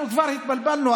אנחנו כבר התבלבלנו,